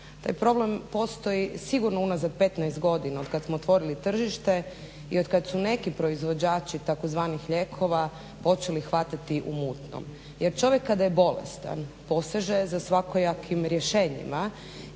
Taj problem postoji sigurno unazad 15 godina od kad smo otvorili tržište i od kad su neki proizvođači tzv. lijekova počeli hvatati u mutnom. Jer čovjek kada je bolestan poseže za svakojakim rješenjima